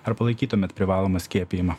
ar palaikytumėt privalomą skiepijimą